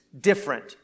different